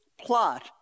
plot